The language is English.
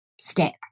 step